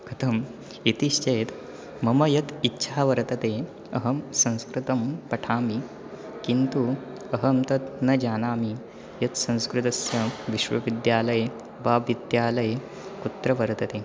कथम् इति चेत् मम यत् इच्छा वर्तते अहं संस्कृतं पठामि किन्तु अहं तत् न जानामि यत् संस्कृतस्य विश्वविद्यालये वा विद्यालये कुत्र वर्तते